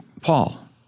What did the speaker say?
Paul